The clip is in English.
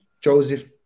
Joseph